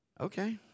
Okay